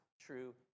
true